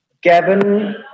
gavin